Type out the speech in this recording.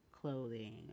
clothing